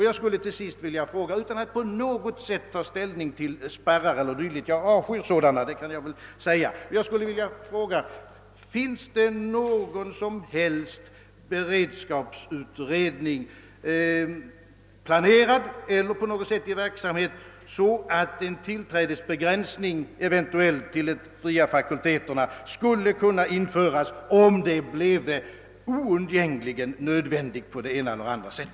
Jag skulle till sist — utan att på något sätt ta ställning till spärrar o. d., som jag avskyr — vilja fråga: Finns det någon som helst beredskapsutredning planerad eller i verksamhet, så att en tillträdesbegränsning till de fria fakulteterna skulle kunna införas om det bleve oundgängligen nödvändigt?